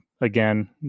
again